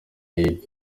y’epfo